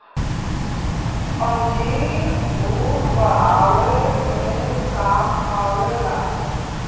अंजीर खून बढ़ावे मे काम आवेला